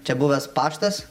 čia buvęs paštas